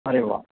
अरे वा